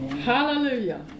Hallelujah